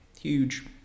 Huge